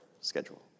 schedule